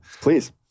Please